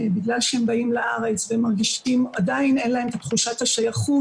בגלל שהם באים לארץ ועדיין אין להם את תחושת השייכות,